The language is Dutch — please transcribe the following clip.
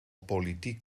politiek